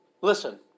Listen